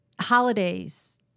Holidays